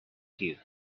cue